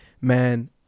man